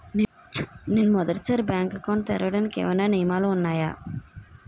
నేను మొదటి సారి బ్యాంక్ అకౌంట్ తెరవడానికి ఏమైనా నియమాలు వున్నాయా?